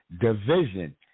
Division